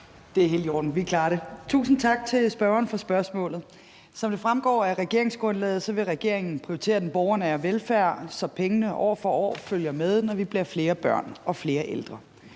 Det er helt i orden, vi klarer det. Tusind tak til spørgeren for spørgsmålet. Som det fremgår af regeringsgrundlaget, vil regeringen prioritere den borgernære velfærd, så pengene år for år følger med, når vi bliver flere børn og flere ældre.